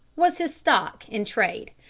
was his stock in trade.